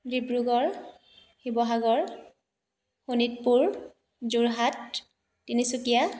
Dibrugarh Sivasagar Sonitpur Jorhat Tinsukia